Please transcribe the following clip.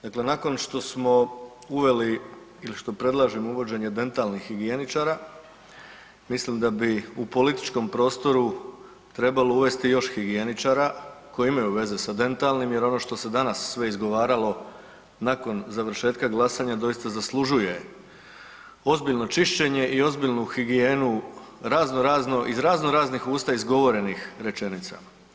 Dakle, nakon što smo uveli ili što predlažemo uvođenje dentalnih higijeničara, mislim da bi u političkom prostoru trebalo uvesti još higijeničara koji imaju veze sa dentalnim jer ono što se danas sve izgovaralo nakon završetka glasanja doista zaslužuje ozbiljno čišćenje i ozbiljnu higijenu iz raznoraznih usta izgovorenih rečenica.